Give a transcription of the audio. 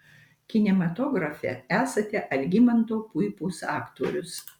kinematografe esate algimanto puipos aktorius